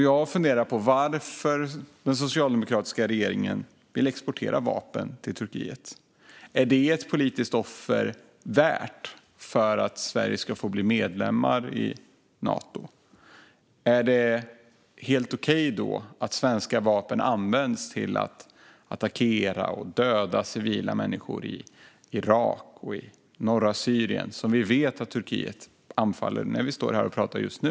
Jag funderar på varför den socialdemokratiska regeringen vill exportera vapen till Turkiet. Är det ett politiskt offer som är värt för att Sverige ska få bli medlem i Nato? Är det då helt okej att svenska vapen används till att attackera och döda civila människor i Irak och i norra Syrien, som vi vet att Turkiet anfaller när vi står här och pratar just nu?